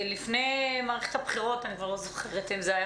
לפני מערכת הבחירות אני כבר לא זוכרת אם זה היה